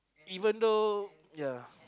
even though ya